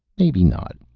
maybe not.